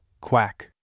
Quack